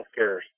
healthcare